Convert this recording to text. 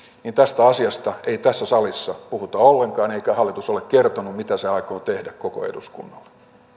niin tästä asiasta ei tässä salissa puhuta ollenkaan eikä hallitus ole kertonut mitä se aikoo tehdä koko eduskunnalle